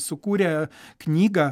sukūrė knygą